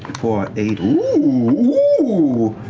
four, eight, ooh, ooh!